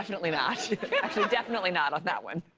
definitely not definitely not on that one.